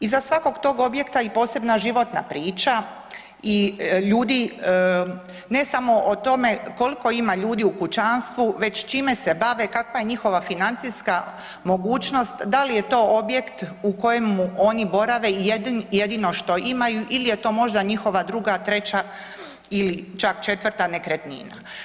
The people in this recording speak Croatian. Iza svakog tog objekta i posebna životna priča i ljudi ne samo o tome koliko ima ljudi u kućanstvu već čime se bave, kakva je njihova financijska mogućnost, da li je to objekt u kojemu oni borave i jedino što imaju ili je to možda njihova druga, treća ili čak četvrta nekretnina.